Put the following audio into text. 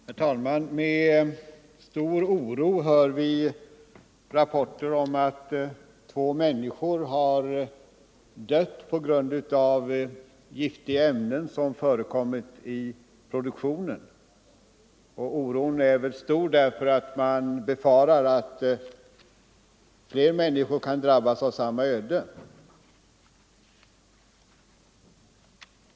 Herr talman! Med stor oro hör vi rapporter om att två människor har dött på grund av ett giftigt ämne som förekommit i produktionen. Oron är också stor därför att man befarar att fler människor kan drabbas av samma öde.